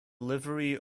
livery